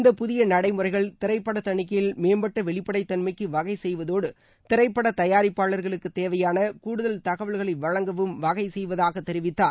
இந்தப் புதிய நடைமுறைகள் திரைப்பட தணிக்கையில் மேம்பட்ட வெளிப்படைத் தன்மைக்கு வகை செய்வதோடு திரைப்பட தயாரிப்பாளர்களக்குத் தேவையான கூடுதல் தகவல்களை வழங்கவும் வகை செய்வதாகத் தெரிவித்தார்